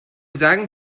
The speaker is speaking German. sagen